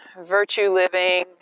virtue-living